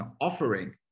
offering